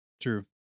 true